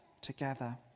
together